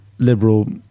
Liberal